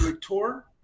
tour